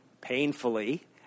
painfully